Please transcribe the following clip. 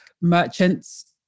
merchants